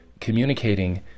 communicating